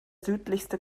südlichste